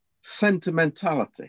Sentimentality